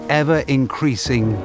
ever-increasing